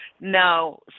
now